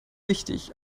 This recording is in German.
wichtig